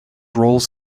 roles